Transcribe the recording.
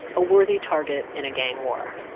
a worthy target in a gang war.